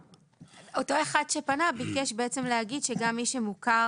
אותו אחד שפנה ביקש בעצם להגיד שגם מי שמוכר